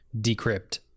decrypt